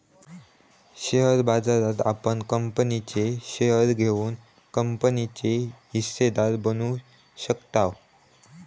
share बाजारात आपण कंपनीचे शेअर घेऊन कंपनीचे हिस्सेदार बनू शकताव